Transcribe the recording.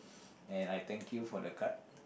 and I thank you for the card